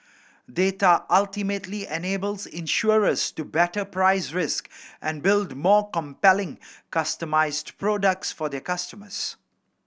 data ultimately enables insurers to better price risk and build more compelling customised products for their customers